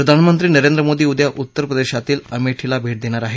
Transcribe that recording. प्रधानमंत्री नरेंद्र मोदी उद्या उत्तरप्रदेशातील अमेठीला भे देणार आहेत